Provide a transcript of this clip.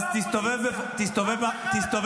--- אז תסתובב אחורה.